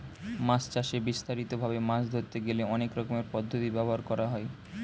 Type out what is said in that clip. মাছ চাষে বিস্তারিত ভাবে মাছ ধরতে গেলে অনেক রকমের পদ্ধতি ব্যবহার করা হয়